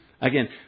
Again